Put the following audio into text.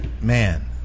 Man